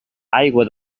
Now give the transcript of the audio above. aigua